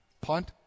punt